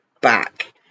back